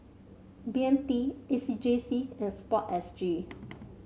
B M T A C J C and sport S G